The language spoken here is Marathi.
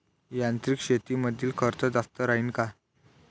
यांत्रिक शेतीमंदील खर्च जास्त राहीन का?